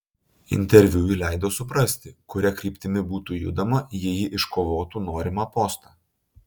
interviu ji leido suprasti kuria kryptimi būtų judama jei ji iškovotų norimą postą